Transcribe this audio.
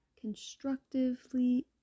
constructively